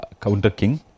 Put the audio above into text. counter-king